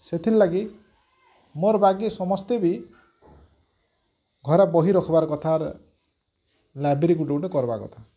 ସେଥିର୍ ଲାଗି ମୋର୍ ବାକି ସମସ୍ତେ ବି ଘର ବହି ରଖ୍ବାର୍ କଥା ଲାଇବ୍ରେରୀ ଗୁଟେ ଗୁଟେ କରବା କଥା